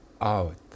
out